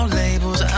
labels